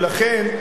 ולכן,